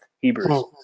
Hebrews